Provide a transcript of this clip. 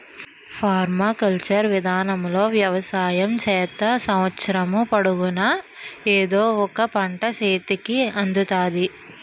permaculture విధానములో వ్యవసాయం చేత్తే సంవత్సరము పొడుగునా ఎదో ఒక పంట సేతికి అందుతాది